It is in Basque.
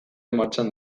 martxan